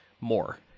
more